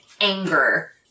anger